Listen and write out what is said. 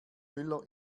müller